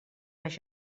les